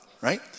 right